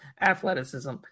athleticism